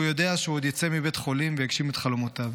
והוא יודע שהוא עוד יצא מבית החולים ויגשים את חלומותיו,